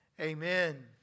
Amen